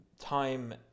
time